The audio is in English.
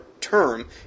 term